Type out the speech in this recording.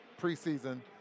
preseason